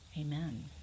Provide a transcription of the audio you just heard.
amen